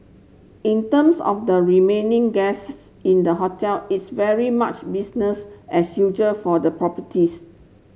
in terms of the remaining guests in the hotel it's very much business as usual for the properties